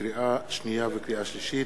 לקריאה שנייה ולקריאה שלישית: